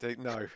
No